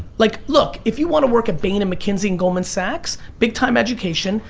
like, look, if you want to work at bain and mckinsey and goldman sachs, big time education,